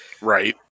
Right